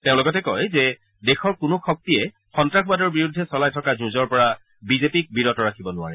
তেওঁ লগতে কয় যে দেশৰ কোনো শক্তিয়ে সন্তাসবাদৰ বিৰুদ্ধে চলাই থকা যুঁজৰ পৰা বিজেপিক বিৰত ৰাখিব নোৱাৰে